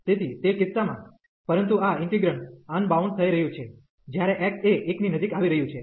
તેથી તે કિસ્સામાં પરંતુ આ ઇન્ટિગ્રેંડ અનબાઉન્ડ થઈ રહ્યું છે જ્યારે x એ 1 ની નજીક આવી રહ્યું છે